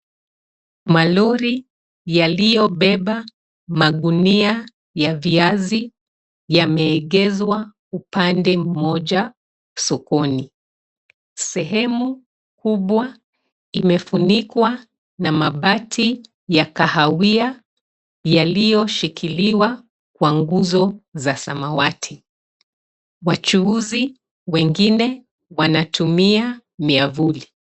Malori yaliyobeba magunia ya viazi yameegezwa upande mmoja sokoni. Sehemu kubwa imefunikwa na mabati ya kahawia yaliyoshikiliwa kwa nguzo za samawati. Wachuuzi wengine wanatumia miavuli.